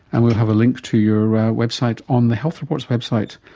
and we'll have a link to your website on the health report's website.